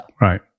Right